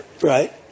right